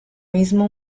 mismo